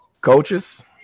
coaches